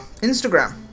Instagram